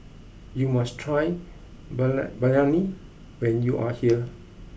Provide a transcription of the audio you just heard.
you must try Balan Biryani when you are here